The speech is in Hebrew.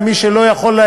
וכך מי שלא יכול,